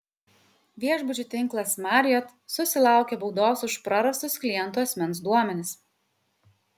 viešbučių tinklas marriott susilaukė baudos už prarastus klientų asmens duomenis